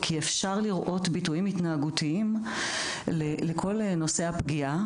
כי אפשר לראות ביטויים התנהגותיים לכל נושא הפגיעה.